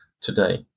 today